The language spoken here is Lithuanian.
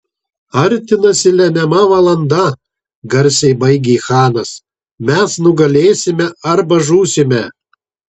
artinasi lemiama valanda garsiai baigė chanas mes nugalėsime arba žūsime